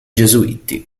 gesuiti